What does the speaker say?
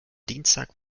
dienstag